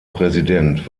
präsident